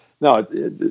no